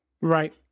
Right